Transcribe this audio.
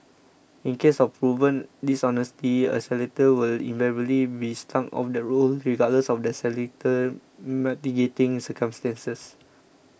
in cases of proven dishonesty a solicitor will invariably be struck off the roll regardless of the solicitor's mitigating circumstances